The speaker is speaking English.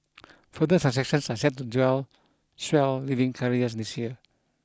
further are set to swell leading carriers this year